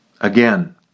again